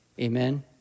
Amen